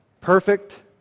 perfect